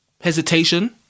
hesitation